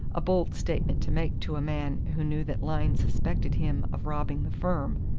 a bold statement to make to a man who knew that lyne suspected him of robbing the firm.